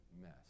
mess